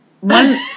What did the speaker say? One